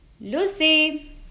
Lucy